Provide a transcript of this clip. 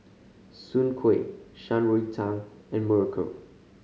Soon Kuih Shan Rui Tang and muruku